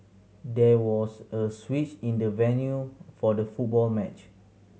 there was a switch in the venue for the football match